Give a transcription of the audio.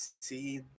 see